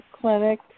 clinic